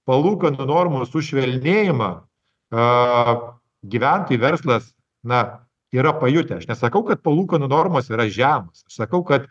palūkanų normos sušvelnėjimą a gyventojai verslas na yra pajutę aš nesakau kad palūkanų normos yra žemos sakau kad